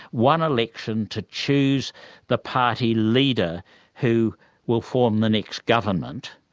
one election to choose the party leader who will form the next government,